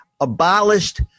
abolished